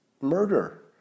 Murder